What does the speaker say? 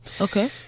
Okay